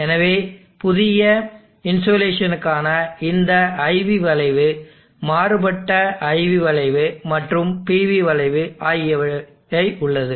எனவே புதிய இன்சோலேஷனுக்கான இந்த IV வளைவு மாறுபட்ட IV வளைவு மற்றும் PV வளைவு ஆகியவை உள்ளது